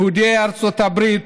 יהודי ארצות הברית